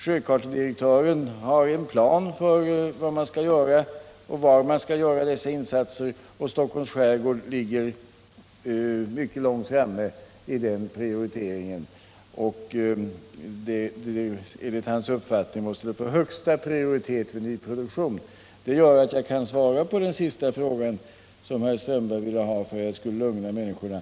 Sjökartedirektören har en plan för vad man skall göra och var man skall göra dessa insatser, och Stockholms skärgård ligger mycket långt framme i de planerna. Enligt hans uppfattning måste den delen få högsta prioritet vid nyproduktion. Det gör att jag kan svara på den fråga som herr Strömberg senast ställde — ett svar som han ville ha för att lugna människorna.